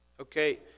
Okay